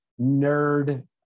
nerd